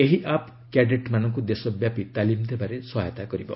ଏହି ଆପ୍ କ୍ୟାଡେଟ୍ମାନଙ୍କୁ ଦେଶବ୍ୟାପି ତାଲିମ ଦେବାରେ ସହାୟତା କରିବ